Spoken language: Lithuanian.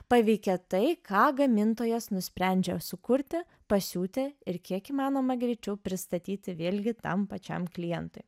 paveikia tai ką gamintojas nusprendžia sukurti pasiūti ir kiek įmanoma greičiau pristatyti vėlgi tam pačiam klientui